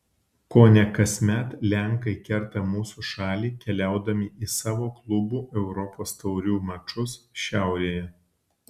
kone kasmet lenkai kerta mūsų šalį keliaudami į savo klubų europos taurių mačus šiaurėje